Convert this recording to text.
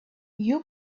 you